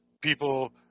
people